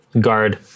guard